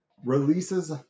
Releases